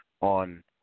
on